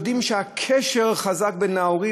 יודעים שהקשר חזק בין ההורים,